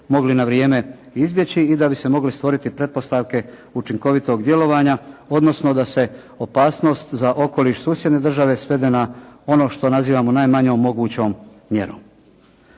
mogli na vrijeme izbjeći i da bi se mogle stvoriti pretpostavke učinkovitog djelovanja, odnosno da se opasnost za okoliš susjedne države svede na ono što nazivamo najmanjom mogućom mjerom.